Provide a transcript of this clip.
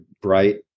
bright